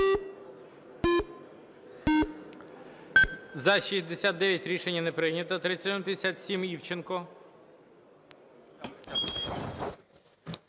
За-69 Рішення не прийнято. 3157, Івченко.